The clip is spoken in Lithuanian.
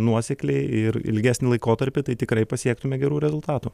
nuosekliai ir ilgesnį laikotarpį tai tikrai pasiektume gerų rezultatų